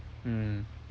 mm